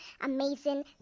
amazing